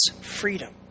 freedom